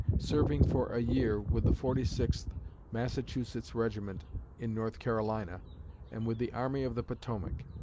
serving for a year with the forty sixth massachusetts regiment in north carolina and with the army of the potomac.